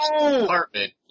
apartment